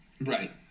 Right